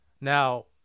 Now